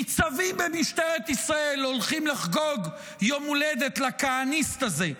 ניצבים במשטרת ישראל הולכים לחגוג יום הולדת לכהניסט הזה,